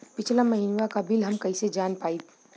पिछला महिनवा क बिल हम कईसे जान पाइब?